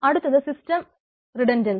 അടുത്തത് സിസ്റ്റം റിടെൻന്റ്സി